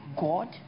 God